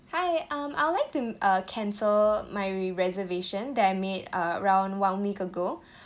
hi um I would like to uh cancel my reservation that I made around one week ago